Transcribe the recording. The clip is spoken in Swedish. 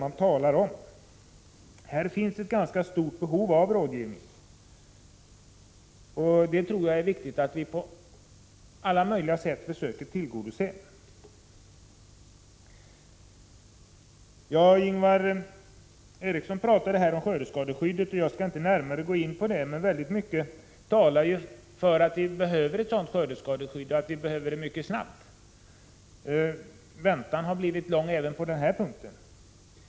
Inom trädgårdsnäringen finns det ett stort behov av rådgivning, och jag tror att det är viktigt att vi på alla sätt försöker att tillgodose detta. Ingvar Eriksson talade om skördeskadeskydd. Jag skall inte närmare gå in på detta, men mycket talar för att vi behöver ett skördeskadeskydd och det mycket snart. Väntan har blivit lång även när det gäller den här saken.